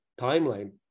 timeline